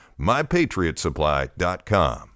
MyPatriotSupply.com